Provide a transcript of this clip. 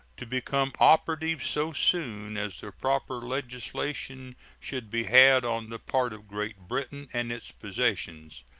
to become operative so soon as the proper legislation should be had on the part of great britain and its possessions.